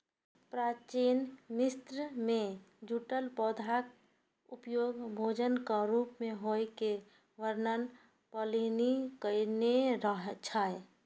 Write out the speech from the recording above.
प्राचीन मिस्र मे जूटक पौधाक उपयोग भोजनक रूप मे होइ के वर्णन प्लिनी कयने छै